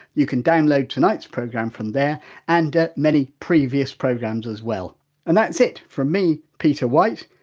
you can download tonight's programme from there and many previous programmes as well and that's it from me peter white,